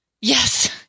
Yes